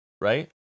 right